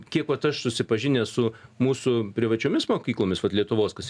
kiek vat aš susipažinęs su mūsų privačiomis mokyklomis vat lietuvos kas